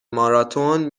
ماراتن